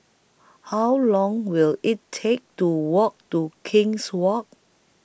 How Long Will IT Take to Walk to King's Walk